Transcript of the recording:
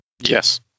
Yes